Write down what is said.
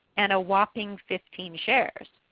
and a whopping fifteen shares.